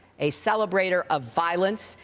a celebrator of violence,